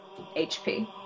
HP